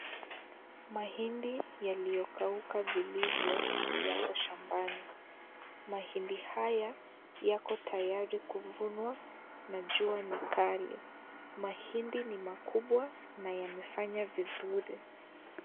Mahindi yaliyokauka vilivyo yako shambani. Mahindi haya yako tayari kuvunwa na jua ni kali. Mahindi ni makubwa na yamefanya vizuri.